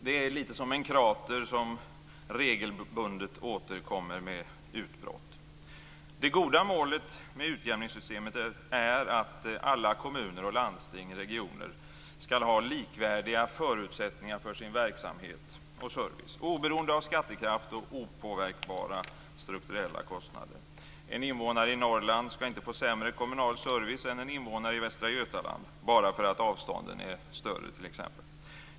Det är lite som en krater som regelbundet återkommer med utbrott. Det goda målet med utjämningssystemet är att alla kommuner, landsting och regioner skall ha likvärdiga förutsättningar för sin verksamhet och service oberoende av skattekraft och opåverkbara strukturella kostnader. En invånare i Norrland skall inte få sämre kommunal service än en invånare i Västra Götaland bara för att avstånden är större t.ex.